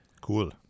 Cool